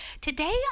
Today